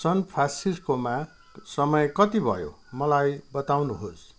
सनफ्रान्सिस्कोमा समय कति भयो मलाई बताउनुहोस्